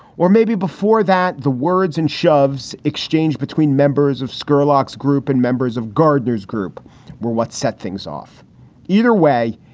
or maybe before that the words and shoves exchanged between members of scurlock group and members of gardner's group were what set things off either way.